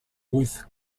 with